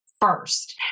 first